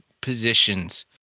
positions